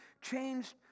changed